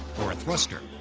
or a thruster.